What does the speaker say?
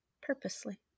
purposely